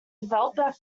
developer